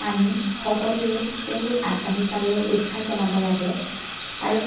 আমি সকলোৱে তেওঁলোক আগবাঢ়ি যাবলৈ উৎসাহ জনাব লাগে আৰু